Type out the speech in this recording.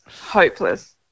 Hopeless